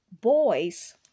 boys